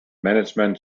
management